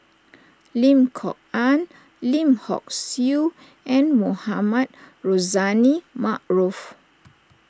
Lim Kok Ann Lim Hock Siew and Mohamed Rozani Maarof